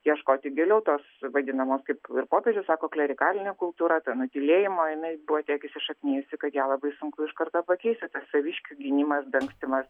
ieškoti giliau tos vadinamos kaip ir popiežius sako klerikalinė kultūra ta nutylėjimo jinai buvo tiek įsišaknijusi kad ją labai sunku iš karto pakeisti saviškių gynimas dangstymas